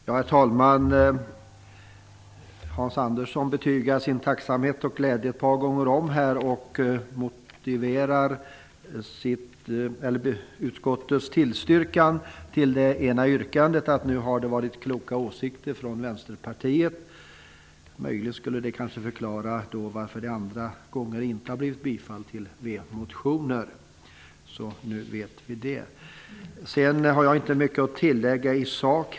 Herr talman! Hans Andersson betygar sin tacksamhet och glädje ett par gånger om och motiverar utskottets tillstyrkan av det ena yrkandet med att det har varit kloka åsikter från Vänsterpartiet. Möjligen skulle det kunna förklara varför det andra gånger inte blivit tillstyrkan till vmotioner. Nu vet vi det. Jag har inte mycket att tillägga i sak.